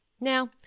Now